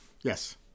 Yes